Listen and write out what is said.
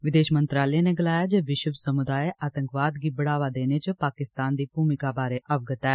विदेश मंत्रालय नै गलाया जे विश्व समुदाय आतंकवाद गी बढ़ावा देने च पाकिस्तान दी भूमिका बारै अवगत ऐ